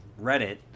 Reddit